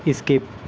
skip